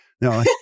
No